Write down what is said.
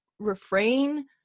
refrain